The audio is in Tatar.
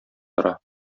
тора